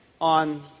on